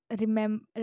remember